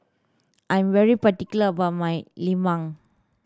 I'm really particular about my lemang